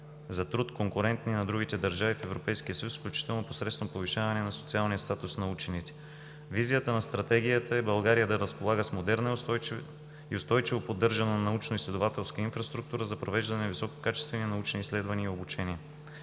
за труд, конкурентни на другите държави в Европейския съюз, включително посредством повишаване на социалния статус на учените. Визията на Стратегията е България да разполага с модерна и устойчиво поддържана научноизследователска инфраструктура за провеждане на висококачествени научни изследвания и обучение.